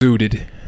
suited